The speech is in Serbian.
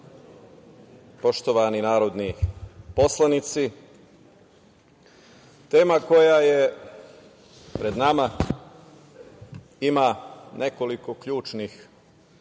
poštovani narodni poslanici, tema koja je pred nama ima nekoliko ključnih